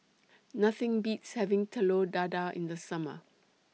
Nothing Beats having Telur Dadah in The Summer